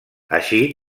així